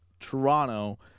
Toronto